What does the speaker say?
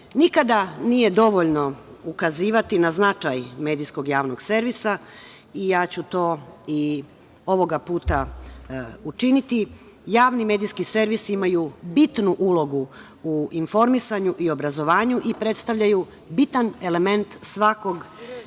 nije dovoljno ukazivati na značaj medijskog javnog servisa, i ja ću to i ovog puta učiniti. Javni medijski servisi imaju bitnu ulogu u informisanju i obrazovanju i predstavljaju bitan element svakog